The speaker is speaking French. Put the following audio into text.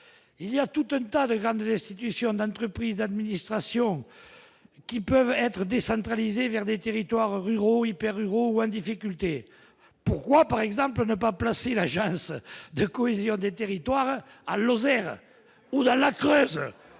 il y a toute une tarée grandes institutions d'entreprises d'administrations qui peuvent être décentralisées vers des territoires ruraux perd une roue en difficulté pourquoi par exemple ne pas placer l'agence de cohésion des territoires à Lozère ou dans la Creuse